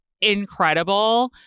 incredible